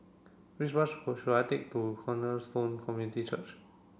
which bus should I take to Cornerstone Community Church